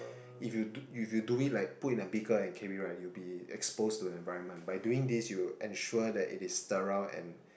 if you do if you do it like put in a beaker and carry right you be exposed to the environment by doing this you ensure that it is sterile and